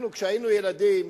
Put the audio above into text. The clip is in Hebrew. אנחנו, כשהיינו ילדים,